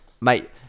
mate